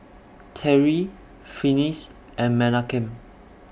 Terri Finis and Menachem